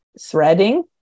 threading